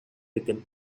became